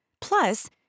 Plus